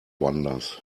wonders